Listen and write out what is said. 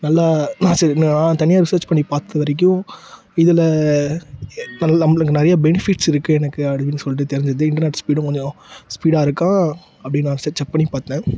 நல்லா நான் சரி நான் தனியாக ரிசேர்ச் பண்ணி பார்த்த வரைக்கும் இதில் நல் நம்மளுக்கு நிறைய பெனிஃபிட்ஸ் இருக்குது எனக்கு அப்படி இப்படின்னு சொல்லிட்டு தெரிஞ்சுது இன்டர்நெட் ஸ்பீடும் கொஞ்சம் ஸ்பீடாக இருக்கா அப்படி நான் சரி செக் பண்ணி பார்த்தேன்